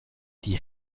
die